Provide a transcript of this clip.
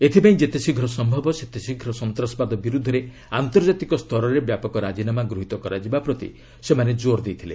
ଏଥିପାଇଁ ଯେତେଶୀଘ୍ର ସମ୍ଭବ ସେତେଶୀଘ୍ର ସନ୍ତାସବାଦ ବିରୁଦ୍ଧରେ ଆନ୍ତର୍ଜାତିକ ସ୍ତରରେ ବ୍ୟାପକ ରାଜିନାମା ଗୃହୀତ କରାଯିବା ପ୍ରତି ସେମାନେ କୋର୍ ଦେଇଥିଲେ